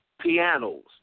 Pianos